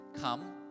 come